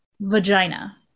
vagina